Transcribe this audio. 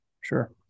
Sure